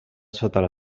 sota